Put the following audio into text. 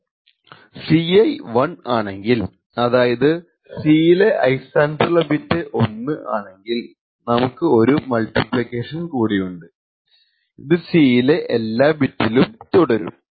Ci 1 ആണെങ്കിൽ അതായത് C ലെ i സ്ഥാനത്തുള്ള ബിറ്റ് 1 ആണെങ്കിൽ നമുക്ക് ഒരു മൾട്ടിപ്ലിക്കേഷൻ കൂടിയുണ്ട് ഇത് C ലെ എല്ലാ ബിറ്റിനും തുടരും